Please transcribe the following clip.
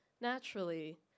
naturally